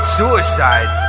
suicide